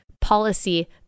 Policy